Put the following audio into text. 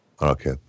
Okay